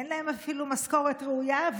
אין להם אפילו משכורת ראויה,